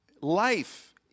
life